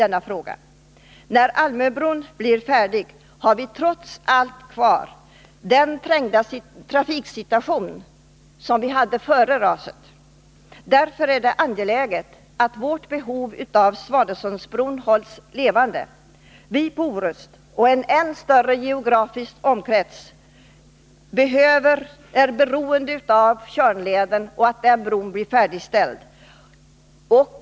När Almöbron blir färdig har vi trots allt kvar den trängda trafiksituation som fanns redan före raset. Därför är det angeläget att vårt behov av Svanesundsbron inte glöms bort. Vi på Orust, och f. ö. människorna inom ett ännu större område, är beroende av Tjörnleden och av att bron där blir färdigställd.